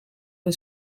een